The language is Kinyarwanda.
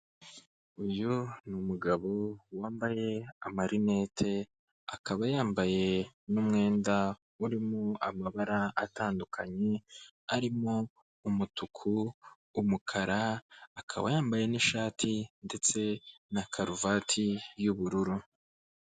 Uyu ni umugabo wambaye amarinete akaba yambaye n’umwenda urimo amabara atandukanye, arimo umutuku, umukara akaba yambaye nshati ndetse na karuvati y’ubururu.